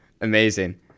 Amazing